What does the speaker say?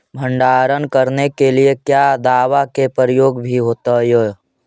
भंडारन करने के लिय क्या दाबा के प्रयोग भी होयतय?